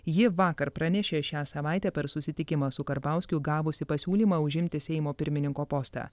ji vakar pranešė šią savaitę per susitikimą su karbauskiu gavusi pasiūlymą užimti seimo pirmininko postą